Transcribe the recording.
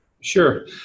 Sure